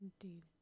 indeed